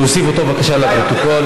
להוסיף אותו בבקשה לפרוטוקול,